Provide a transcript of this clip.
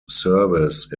service